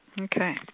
Okay